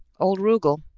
old rugel,